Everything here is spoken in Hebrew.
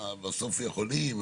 בסוף יכולים,